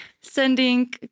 Sending